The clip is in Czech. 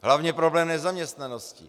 Hlavně problém nezaměstnanosti.